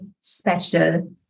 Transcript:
special